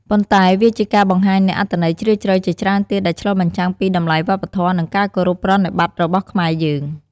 ប៉ុន្តែវាជាការបង្ហាញនូវអត្ថន័យជ្រាលជ្រៅជាច្រើនទៀត ដែលឆ្លុះបញ្ចាំងពីតម្លៃវប្បធម៌ និងការគោរពប្រណិប័តន៍របស់ខ្មែរយើង។